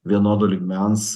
vienodo lygmens